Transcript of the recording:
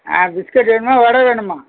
ஆ biscuit வேணுமா வடை வேணுமா